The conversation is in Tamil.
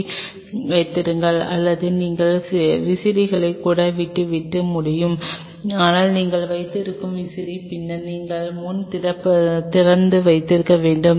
யை வைத்திருங்கள் அல்லது நீங்கள் விசிறியை கூட விட்டுவிட முடியாது ஆனால் நீங்கள் வைத்திருந்தால் விசிறி பின்னர் நீங்கள் முன் திறப்பு திறந்து வைக்க வேண்டும்